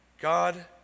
God